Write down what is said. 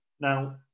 Now